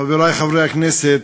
חברי חברי הכנסת,